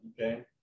Okay